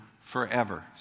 forever